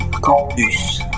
Campus